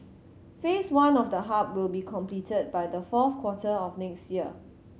Phase One of the hub will be completed by the fourth quarter of next year